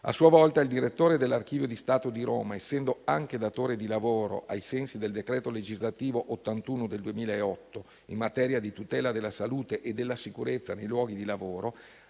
A sua volta, il direttore dell'Archivio di Stato di Roma, essendo anche datore di lavoro, ai sensi del decreto legislativo n. 81 del 2008 in materia di tutela della salute e della sicurezza nei luoghi di lavoro,